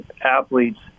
athletes